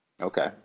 Okay